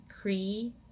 Cree